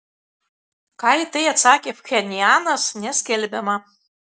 ką į tai atsakė pchenjanas neskelbiama